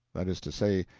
that is to say,